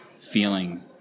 feeling